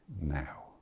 now